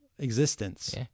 Existence